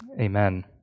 Amen